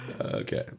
okay